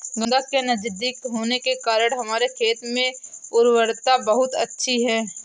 गंगा के नजदीक होने के कारण हमारे खेत में उर्वरता बहुत अच्छी है